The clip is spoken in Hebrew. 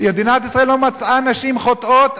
מדינת ישראל לא מצאה נשים חוטאות,